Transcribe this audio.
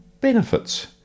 benefits